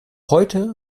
heute